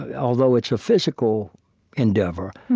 although it's a physical endeavor,